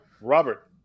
Robert